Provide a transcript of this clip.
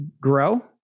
grow